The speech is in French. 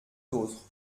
d’autres